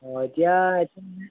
অঁ এতিয়া